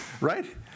right